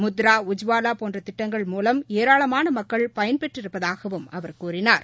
முத்ரா உஜ்வாலா போன்ற திட்டங்கள் மூலம் ஏராளமான மக்கள் பயன்பெற்றிருப்பதாகவும் அவர் கூறினார்